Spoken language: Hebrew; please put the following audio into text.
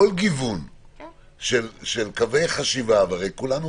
כל גיוון של קווי חשיבה הרי לכל אחד